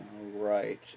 right